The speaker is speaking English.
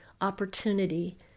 opportunity